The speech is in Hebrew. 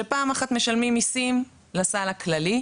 שפעם אחת משלמים מיסים לסל הכללי,